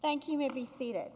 thank you may be seated